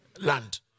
land